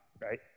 right